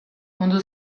mundu